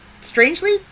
strangely